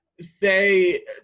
say